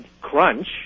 crunch